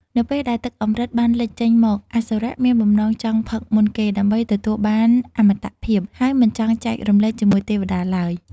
នៅពេលដែលទឹកអម្រឹតបានលេចចេញមក អសុរៈមានបំណងចង់ផឹកមុនគេដើម្បីទទួលបានអមតភាព ហើយមិនចង់ចែករំលែកជាមួយទេវតាឡើយ។ ។